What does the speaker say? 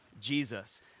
Jesus